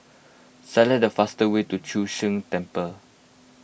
select the fastest way to Chu Sheng Temple